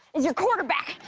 is your quarterback.